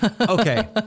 Okay